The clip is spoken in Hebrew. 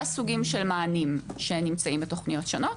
סוגים של מענים שנמצאים בתוכניות שונות.